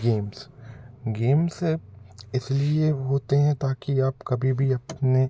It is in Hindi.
गेम्स गेम्स इस लिए होते हैं ताकि आप कभी भी अपने